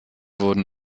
wurden